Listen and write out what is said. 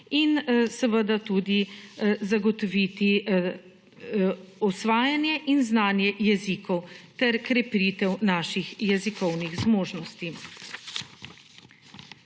in seveda tudi zagotoviti osvajanje in znanje jezikov ter krepitev naših jezikovnih zmožnosti.